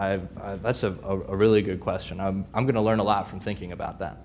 o i have a really good question i'm going to learn a lot from thinking about that